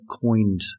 coined